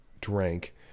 drank